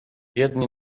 jedni